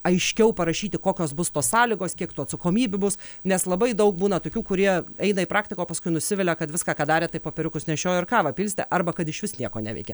aiškiau parašyti kokios bus tos sąlygos kiek tų atsakomybių bus nes labai daug būna tokių kurie eina į praktiką o paskui nusivilia kad viską ką darė tai popieriukus nešiojo ir kavą pilstė arba kad išvis nieko neveikė